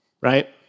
right